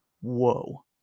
Whoa